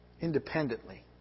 independently